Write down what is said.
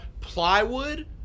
plywood